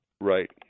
Right